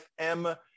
FM